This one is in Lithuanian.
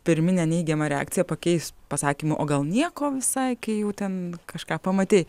pirminę neigiamą reakciją pakeis pasakymu o gal nieko visai kai jau ten kažką pamatei